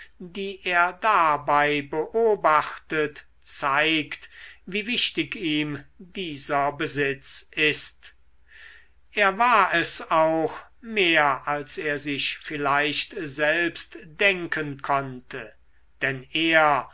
die er dabei beobachtet zeigt wie wichtig ihm dieser besitz ist er war es auch mehr als er sich vielleicht selbst denken konnte denn er